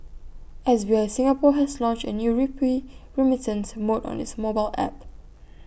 S B I Singapore has launched A new rupee remittance mode on its mobile app